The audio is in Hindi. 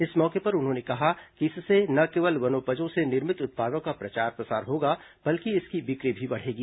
इस मौके पर उन्होंने कहा कि इससे न केवल वनोपजों से निर्मित उत्पादों का प्रचार प्रसार होगा बल्कि इसकी बिक्री भी बढ़ेगी